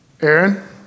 Aaron